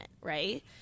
right